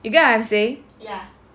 you get what am I saying